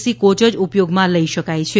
C coach જ ઉપયોગમાં લઈ શકાય છે